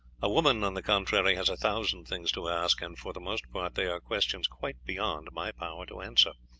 a woman, on the contrary, has a thousand things to ask, and for the most part they are questions quite beyond my power to answer.